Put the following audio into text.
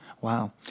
Wow